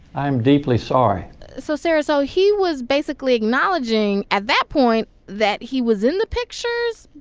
i am deeply sorry so sarah, so he was basically acknowledging at that point that he was in the pictures.